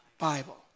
bible